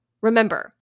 Remember